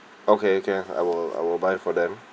okay can I will I will buy for them